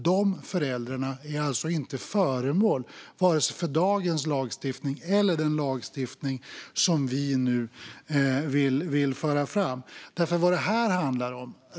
De föräldrarna är alltså inte föremål för vare sig dagens lagstiftning eller den lagstiftning som vi nu vill föra fram.